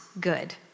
good